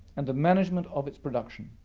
and the management of its production.